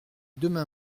demain